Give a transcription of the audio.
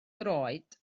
droed